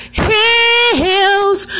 heels